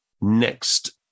next